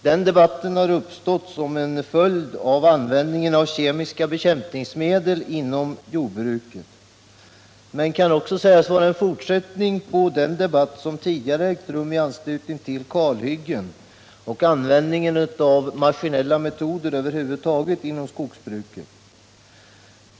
Den debatten har uppstått genom användning Måndagen den en av kemiska bekämpningsmedel inom jordbruket men kan också sägas 21 november 1977 vara en fortsättning på den debatt som tidigare ägt rum om kalhyggen och användningen av maskinella metoder över huvud taget inom skogs Om allemansbruket.